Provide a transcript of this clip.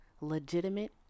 legitimate